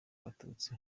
abatutsi